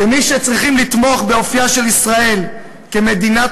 כמי שצריכים לתמוך באופייה של ישראל כמדינת